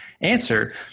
answer